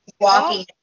walking